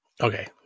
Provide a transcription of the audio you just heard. Okay